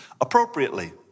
appropriately